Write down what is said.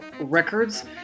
Records